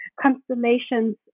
constellations